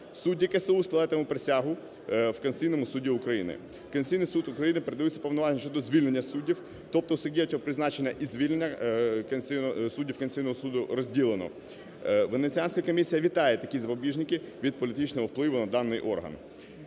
Судді КСУ складатимуть присягу в Конституційному Суді України. В Конституційний Суд України передаються повноваження щодо звільнення суддів, тобто ……… призначення і звільнення суддів Конституційного Суду розділено. Венеціанська комісія вітає такі запобіжники від політичного впливу на даний орган.